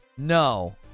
No